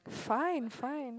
fine fine